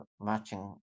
matching